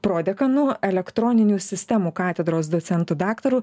prodekanu elektroninių sistemų katedros docentu daktaru